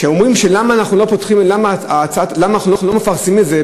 כשאומרים: למה אנחנו לא מפרסמים את זה?